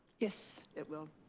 yes. it will.